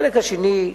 החלק השני,